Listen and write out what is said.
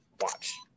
watch